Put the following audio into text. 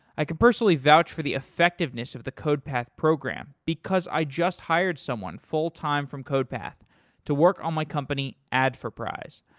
i could personally vouch for the effectiveness of the codepath program because i just hired someone full-time from codepath to work on my company adforprize.